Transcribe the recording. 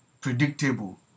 predictable